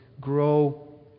grow